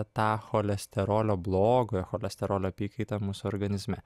tą cholesterolio blogojo cholesterolio apykaitą mūsų organizme